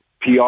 PR